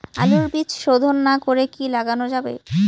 আলুর বীজ শোধন না করে কি লাগানো যাবে?